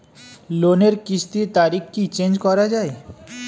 লোনের কিস্তির তারিখ কি চেঞ্জ করা যায়?